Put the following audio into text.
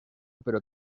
pero